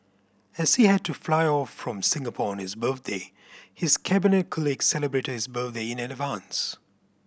as he had to fly off from Singapore on his birthday his Cabinet colleagues celebrated his birthday in advance